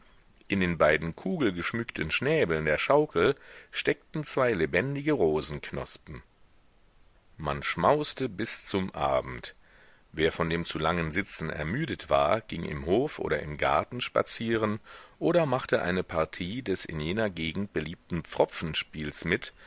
in den beiden kugelgeschmückten schnäbeln der schaukel steckten zwei lebendige rosenknospen man schmauste bis zum abend wer von dem zu langen sitzen ermüdet war ging im hof oder im garten spazieren oder machte eine partie des in jener gegend beliebten pfropfenspiels mit